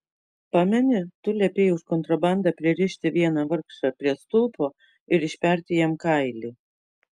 pameni tu liepei už kontrabandą pririšti vieną vargšą prie stulpo ir išperti jam kailį